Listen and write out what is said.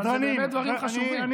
סדרנים, אלה באמת דברים חשובים.